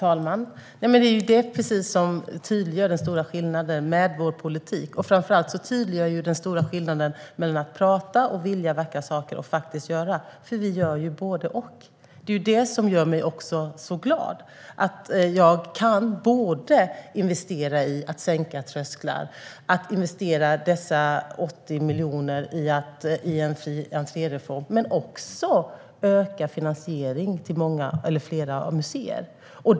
Herr talman! Det är just detta som tydliggör den stora skillnaden med vår politik och framför allt den stora skillnaden mellan att prata och vilja vackra saker och faktiskt göra. Vi gör både och, och det är det som gör mig så glad. Jag kan både investera 80 miljoner i att sänka trösklar genom en fri-entré-reform och öka finansieringen till flera museer.